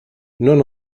none